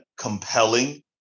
compelling